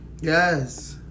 Yes